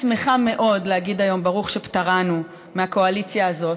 אני שמחה מאוד להגיד היום "ברוך שפטרנו מהקואליציה הזאת",